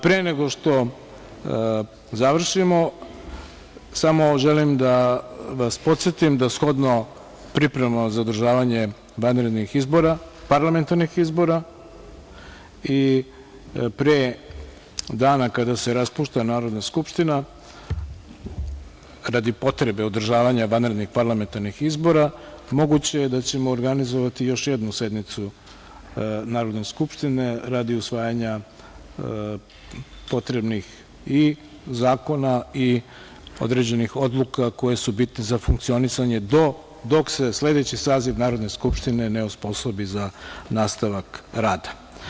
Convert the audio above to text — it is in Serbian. Pre nego što završimo samo želim da vas podsetim da, shodno pripremama za održavanje vanrednih parlamentarnih izbora i pre dana kada se raspušta Narodna skupština, radi potrebe održavanja vanrednih parlamentarnih izbora moguće da ćemo organizovati još jednu sednicu Narodne skupštine radi usvajanja potrebnih i zakona i određenih odluka koje su bitne za funkcionisanje dok se sledeći saziv Narodne skupštine ne osposobi za nastavak rada.